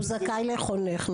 הוא זכאי לחונך?